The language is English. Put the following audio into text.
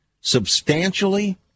substantially